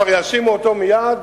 יאשימו אותו מייד.